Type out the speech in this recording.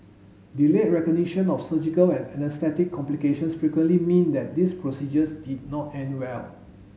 delayed recognition of surgical and anaesthetic complications frequently mean that these procedures did not end well